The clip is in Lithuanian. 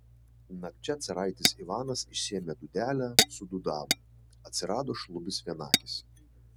nakčia caraitis ivanas išsiėmė dūdelę sudūdavo atsirado šlubis vienakis